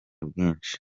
bwinshi